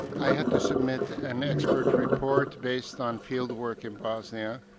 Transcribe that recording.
i had to submit an expert report based on fieldwork in bosnia.